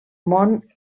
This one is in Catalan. mont